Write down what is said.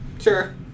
sure